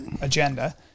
agenda